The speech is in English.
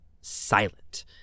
silent